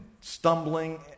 stumbling